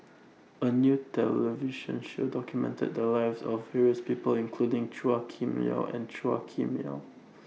A New television Show documented The Lives of various People including Chua Kim Yeow and Chua Kim Yeow